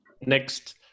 Next